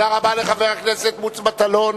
תודה רבה לחבר הכנסת מוץ מטלון,